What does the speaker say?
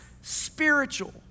spiritual